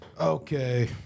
okay